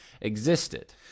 existed